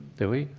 do we?